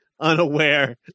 unaware